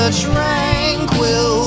tranquil